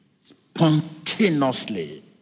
spontaneously